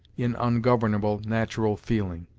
in ungovernable natural feeling.